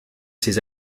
ses